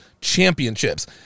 championships